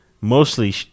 mostly